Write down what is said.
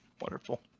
Wonderful